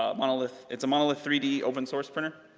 ah monolith. it's a monolith three d open source printer,